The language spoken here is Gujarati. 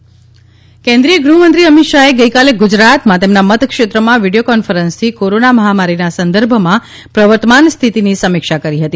અમિત શાહ્ કેન્દ્રિય ગૃહમંત્રી અમિત શાહે ગઈકાલે ગુજરાતમાં તેમના મતક્ષેત્રમાં વીડિયો કોન્ફરન્સથી કોરોના મહામારીના સંદર્ભમાં પ્રવર્તમાન સ્થિતિની સમીક્ષા કરી હતી